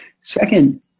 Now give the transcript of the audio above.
Second